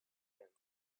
fence